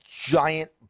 giant